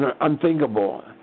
unthinkable